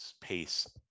pace